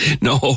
No